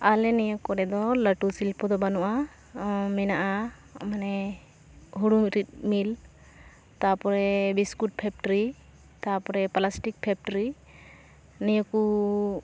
ᱟᱞᱮ ᱱᱚᱣᱟ ᱠᱚᱨᱮ ᱫᱚ ᱞᱟᱹᱴᱩ ᱥᱤᱞᱯᱳ ᱫᱚ ᱵᱟᱹᱱᱩᱜᱼᱟ ᱢᱮᱱᱟᱜᱼᱟ ᱢᱟᱱᱮ ᱦᱩᱲᱩ ᱨᱤᱫ ᱢᱤᱞ ᱛᱟᱨᱯᱚᱨᱮ ᱵᱤᱥᱠᱩᱴ ᱯᱷᱮᱠᱴᱨᱤ ᱛᱟᱯᱚᱨᱮ ᱯᱮᱞᱟᱥᱴᱤᱠ ᱯᱷᱮᱠᱴᱨᱤ ᱱᱤᱭᱟᱹ ᱠᱚ